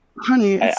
honey